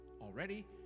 already